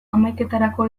hamaiketarako